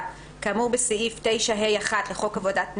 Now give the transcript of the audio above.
כאמור בסעיף 9(ה)(1) לחוק עבודת נשים,